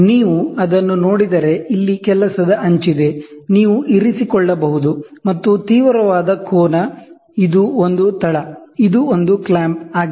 ನೀವು ಅದನ್ನು ನೋಡಿದರೆ ಇಲ್ಲಿ ವರ್ಕಿಂಗ್ ಎಡ್ಜ್ ಇದೆ ನೀವು ಇರಿಸಿಕೊಳ್ಳಬಹುದು ಮತ್ತು ಇದು ಅಕ್ಯೂಟ್ ಆಂಗಲ್ ಇದು ಒಂದು ತಳ ಇದು ಒಂದು ಕ್ಲ್ಯಾಂಪ್ ಆಗಿದೆ